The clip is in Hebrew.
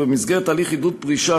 ובמסגרת הליך עידוד פרישה,